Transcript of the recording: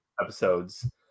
episodes